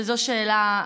וזו שאלה,